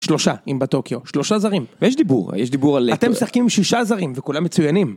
שלושה, אם בטוקיו, שלושה זרים. ויש דיבור, יש דיבור על... אתם משחקים עם שישה זרים, וכולם מצוינים.